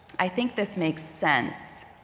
i think this makes sense.